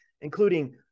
including